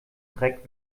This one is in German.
dreck